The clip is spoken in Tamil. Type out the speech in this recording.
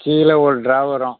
கீழே ஒரு ட்ரா வரும்